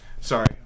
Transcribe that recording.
sorry